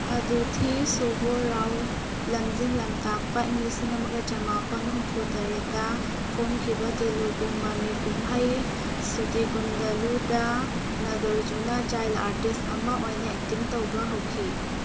ꯑꯗꯨꯊꯤ ꯁꯨꯕꯣ ꯔꯥꯎ ꯂꯝꯖꯤꯡ ꯂꯝꯇꯥꯛꯄ ꯏꯪ ꯂꯤꯁꯤꯡ ꯑꯃꯒ ꯆꯥꯃꯥꯄꯜ ꯍꯨꯝꯐꯨꯇꯔꯦꯠꯇ ꯐꯣꯡꯈꯤꯕ ꯇꯦꯂꯨꯒꯨ ꯃꯃꯤ ꯀꯨꯝꯍꯩ ꯁꯨꯗꯤꯒꯨꯟꯗꯂꯨꯗ ꯅꯒꯔꯖꯨꯅꯥ ꯆꯥꯏꯜ ꯑꯥꯔꯇꯤꯁ ꯑꯃ ꯑꯣꯏꯅ ꯑꯦꯛꯇꯤꯡ ꯇꯧꯕ ꯍꯧꯈꯤ